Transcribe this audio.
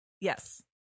Yes